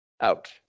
Out